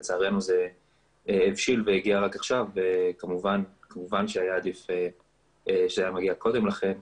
לצערנו זה הבשיל והגיע רק עכשיו וכמובן שהיה עדיף שהיה מגיע קודם לכן.